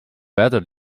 better